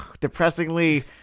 depressingly